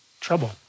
trouble